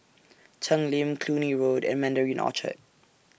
Cheng Lim Cluny Road and Mandarin Orchard